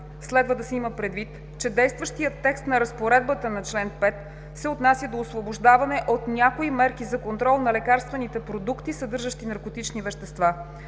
Следва да се има предвид, че действащият текст на Разпоредбата на чл. 5 се отнася до освобождаване от някои мерки за контрол на лекарствените продукти, съдържащи наркотични вещества.